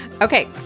Okay